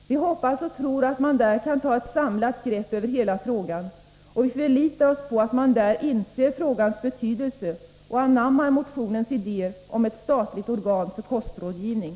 Vi hoppas och tror att man där kan ta ett samlat grepp över hela frågan, och vi förlitar oss på att livsmedelskommittén inser frågans betydelse och anammar motionens idéer om ett statligt organ för kostrådgivning.